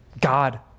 God